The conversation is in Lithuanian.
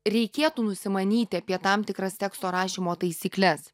reikėtų nusimanyti apie tam tikras teksto rašymo taisykles